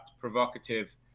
provocative